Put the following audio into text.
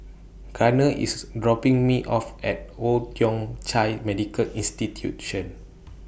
Garner IS dropping Me off At Old Thong Chai Medical Institution